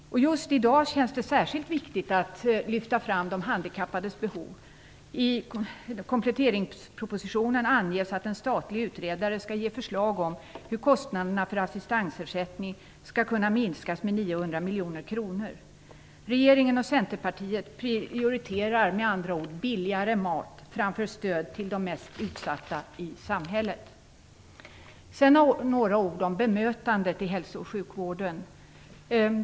Just i dag känns det särskilt viktigt att lyfta fram de handikappades behov. I kompletteringspropositionen anges att en statlig utredare skall ge förslag om hur kostnaderna för assistansersättning skall kunna minskas med 900 miljoner kronor. Regeringen och Centerpartiet prioriterar med andra ord billigare mat framför stöd till de mest utsatta i samhället. Sedan några ord om bemötande i hälso och sjukvården.